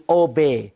obey